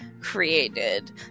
created